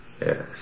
Yes